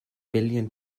billion